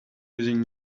using